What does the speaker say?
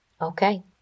Okay